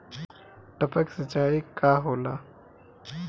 टपक सिंचाई का होला?